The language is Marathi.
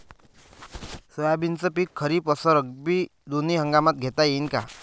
सोयाबीनचं पिक खरीप अस रब्बी दोनी हंगामात घेता येईन का?